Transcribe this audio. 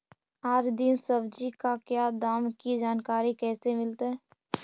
आज दीन सब्जी का क्या दाम की जानकारी कैसे मीलतय?